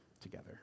together